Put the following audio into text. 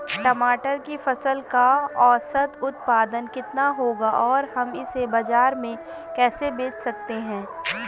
टमाटर की फसल का औसत उत्पादन कितना होगा और हम इसे बाजार में कैसे बेच सकते हैं?